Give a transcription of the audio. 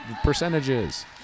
percentages